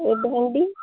ଏ ଭେଣ୍ଡି